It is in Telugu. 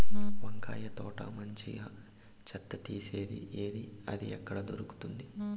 వంకాయ తోట మంచిగా చెత్త తీసేది ఏది? అది ఎక్కడ దొరుకుతుంది?